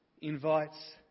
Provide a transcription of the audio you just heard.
invites